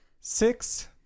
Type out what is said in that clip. six